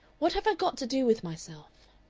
what have i got to do with myself.